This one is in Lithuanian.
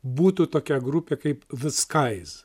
būtų tokia grupė kaip the skies